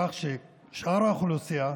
כך ששאר האוכלוסייה,